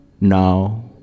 now